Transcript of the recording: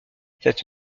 cette